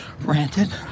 ranted